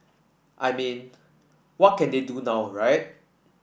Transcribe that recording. I mean what can they do now right